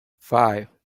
five